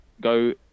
go